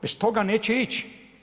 Bez toga neće ići.